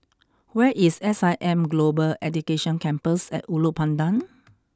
where is S I M Global Education Campus at Ulu Pandan